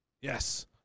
Yes